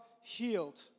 healed